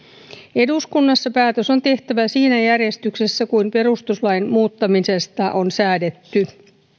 eduskunnassa päätös on tehtävä siinä järjestyksessä kuin perustuslain muuttamisesta on säädetty